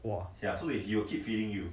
!wah!